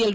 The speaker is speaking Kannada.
ಎಲ್